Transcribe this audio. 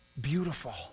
beautiful